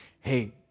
Hey